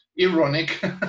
ironic